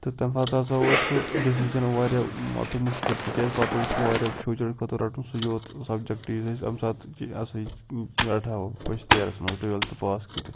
تہٕ تَمہِ ساتہٕ ہَسا اوٗس سُہ ڈیٚسِجَن وارِیاہ مان ژٕ مشکل تِکیٛازِ پَتہٕ اوٗس سُہ وارِیاہ فیوٗچرٕ خٲطرٕ رَٹُن سُے یوٗت سَبجَکٹ یُس أسۍ اَمہِ ساتہٕ رَٹہٕ ہاو فٔرسٹ یِیرَس منٛز ٹُویٚلتھہٕ پاس کٔرِتھ